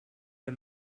der